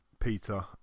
Peter